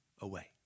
away